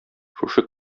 шушы